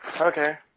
Okay